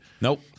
Nope